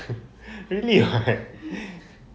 really [what]